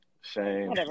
shame